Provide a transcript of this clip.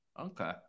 Okay